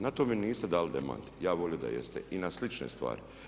Na to mi niste dali demanti, ja bih volio da jeste, i na slične stvari.